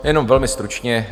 Jenom velmi stručně.